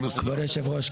כבוד היושב ראש,